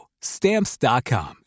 Stamps.com